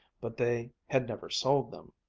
but they had never sold them.